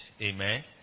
Amen